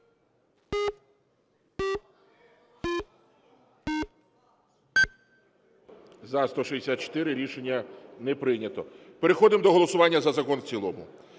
За-164 Рішення не прийнято. Переходимо до голосування за закон в цілому.